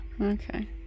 okay